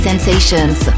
Sensations